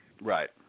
Right